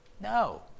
No